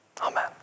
amen